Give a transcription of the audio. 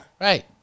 Right